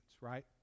right